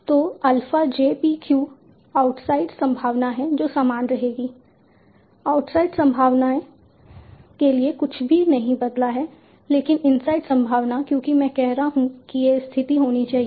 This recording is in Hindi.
तो alpha j p q outside संभावना है जो समान रहेगी आउटसाइड संभावना के लिए कुछ भी नहीं बदला है लेकिन इनसाइड संभावना क्योंकि मैं कह रहा हूं कि यह स्थिति होनी चाहिए